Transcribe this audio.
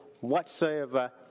whatsoever